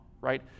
right